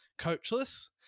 coachless